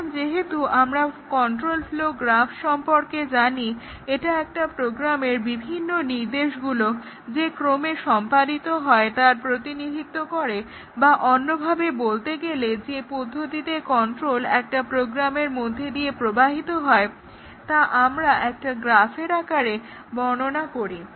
এখন যেহেতু আমরা কন্ট্রোল ফ্লো গ্রাফ সম্পর্কে জানি এটা একটা প্রোগ্রামের বিভিন্ন নির্দেশগুলো যে ক্রমে সম্পাদিত হয় তার প্রতিনিধিত্ব করে বা অন্যভাবে বলতে গেলে যে পদ্ধতিতে কন্ট্রোল একটা প্রোগ্রামের মধ্যে দিয়ে প্রবাহিত হয় তা আমরা একটা গ্রাফের আকারে বর্ণনা করি